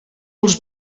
els